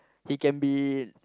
he can be